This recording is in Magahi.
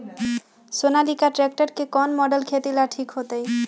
सोनालिका ट्रेक्टर के कौन मॉडल खेती ला ठीक होतै?